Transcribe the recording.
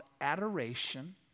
adoration